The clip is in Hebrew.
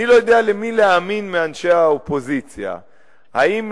אני לא יודע למי מאנשי האופוזיציה להאמין,